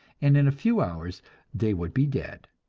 and in a few hours they would be dead!